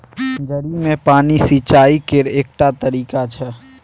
जड़ि मे पानि सिचाई केर एकटा तरीका छै